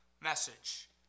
message